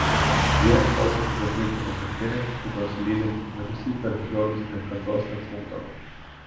vyrams balso stygas virpino degtinė kurios lydint mirusįjį per fjordus niekados netrūkdavo